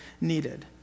needed